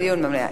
דיון במליאה.